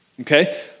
Okay